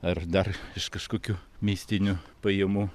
ar dar iš kažkokių mistinių pajamų